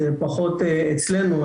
זה פחות אצלנו,